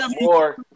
more